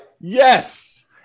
Yes